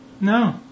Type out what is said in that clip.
No